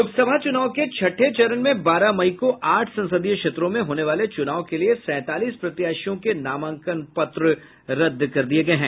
लोकसभा चुनाव के छठे चरण में बारह मई को आठ संसदीय क्षेत्रों में होने वाले च्रनाव के लिए सैंतालीस प्रत्याशियों के नामांकन पत्र रद्द कर दिये गये हैं